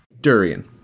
durian